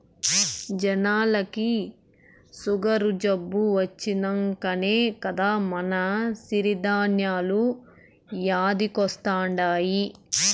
జనాలకి సుగరు జబ్బు వచ్చినంకనే కదా మల్ల సిరి ధాన్యాలు యాదికొస్తండాయి